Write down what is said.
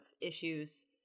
issues